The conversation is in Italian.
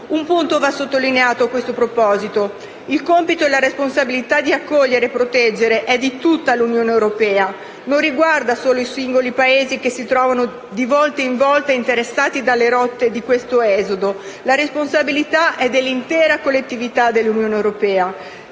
Un punto va sottolineato a questo proposito: il compito e la responsabilità di accogliere e proteggere è di tutta l'Unione europea, non riguarda solo i singoli Paesi che si trovano di volta in volta interessati dalle rotte dell'esodo. La responsabilità è dell'intera collettività dell'Unione europea.